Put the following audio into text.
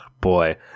Boy